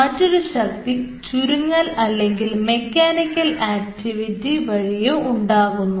മറ്റൊരു ശക്തി ചുരുങ്ങൽ അല്ലെങ്കിൽ മെക്കാനിക്കൽ ആക്ടിവിറ്റി വഴിയോ ഉണ്ടാകുന്നു